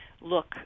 look